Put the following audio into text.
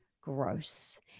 gross